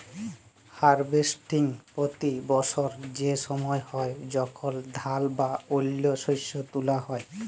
harvesting পতি বসর সে সময় হ্যয় যখল ধাল বা অল্য শস্য তুলা হ্যয়